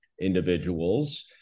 individuals